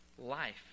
life